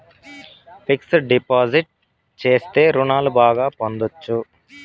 fixed deposit చేస్తే రుణాలు బాగా పొందొచ్చు